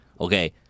Okay